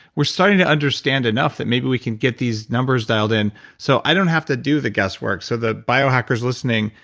we're starting to understand enough that maybe we can get these numbers dialed in so i don't have to do the guesswork, so the bio-hackers listening,